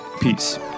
Peace